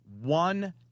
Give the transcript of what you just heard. one